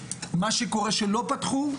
מה שקורה כשלא פתחו,